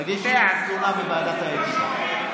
תגישי תלונה בוועדת האתיקה.